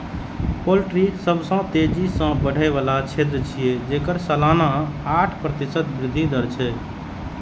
poultry सबसं तेजी सं बढ़ै बला क्षेत्र छियै, जेकर सालाना आठ प्रतिशत वृद्धि दर छै